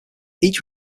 each